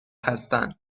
هستند